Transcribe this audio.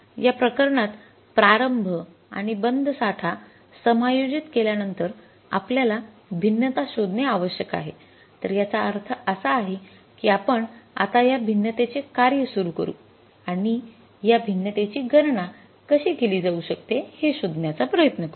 या प्रकरणात प्रारंभ आणि बंद साठा समायोजित केल्यानंतर आपल्याला भिन्नता शोधणे आवश्यक आहे तर याचा अर्थ असा आहे की आपण आता या भिन्नतेचे कार्य सुरू करू आणि या भिन्नतेची गणना कशी केली जाऊ शकते हे शोधण्याचा प्रयत्न करू